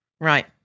Right